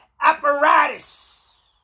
apparatus